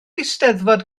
eisteddfod